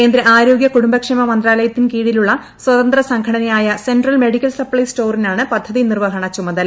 കേന്ദ്ര ആരോഗൃ കുടുംബക്ഷേമ മന്ത്രാലയത്തിൻ കീഴിലുള്ള സ്വതന്ത്ര സംഘടനയായ സെൻട്രൽ മെഡിക്കൽ സപ്ലൈ സ്റ്റോറിനാണ് പദ്ധതി നിർവഹണ ചുമതല്ല